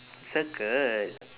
circle